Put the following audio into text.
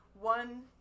one